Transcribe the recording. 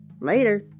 later